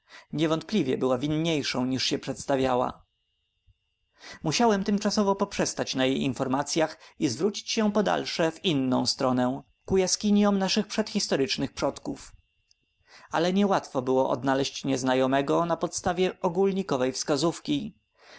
niewątpliwie była winniejszą niż się przedstawiała musiałem tymczasowo poprzestać na jej informacyach i zwrócić się po dalsze w inną stronę ku jaskiniom naszych przedhistorycznych przodków ale niełatwo było odnaleźć nieznajomego na podstawie ogólnikowej wskazówki